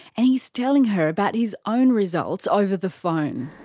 and he's telling her about his own results over the phone.